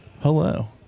Hello